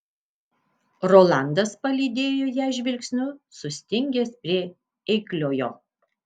rolandas palydėjo ją žvilgsniu sustingęs prie eikliojo